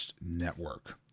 network